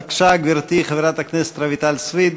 בבקשה, גברתי, חברת הכנסת רויטל סויד,